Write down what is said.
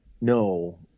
No